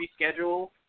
reschedule